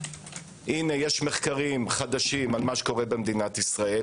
יש מחקרים חדשים על מה שקורה במדינת ישראל